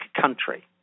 country